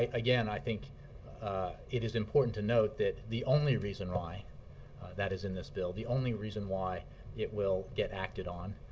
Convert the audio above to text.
again, i think it is important to note that the only reason why that is in this bill, the only reason why it will get acted on,